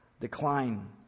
decline